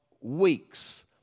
weeks